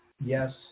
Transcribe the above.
yes